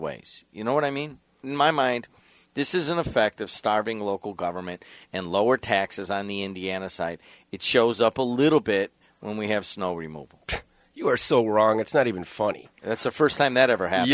ways you know what i mean my mind this is an effect of starving local government and lower taxes on the indiana side it shows up a little bit when we have snow removal you are so wrong it's not even funny that's the first time that ever happened